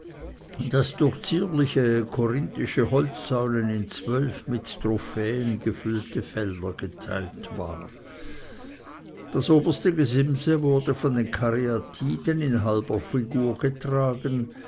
das durch zierliche korinthische holzsäulen in zwölf mit trophäen gefüllte felder geteilt war das oberste gesimse wurde von karyatiden in halber figur getragen